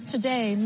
Today